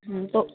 હા તો